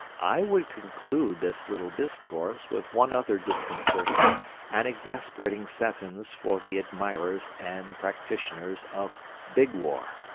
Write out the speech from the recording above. i would conclude this little discourse with one other disconcerting and exasperating sentence for the admirers and practitioners of big war.